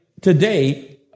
today